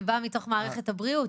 אני באה מתוך מערכת הבריאות.